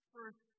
First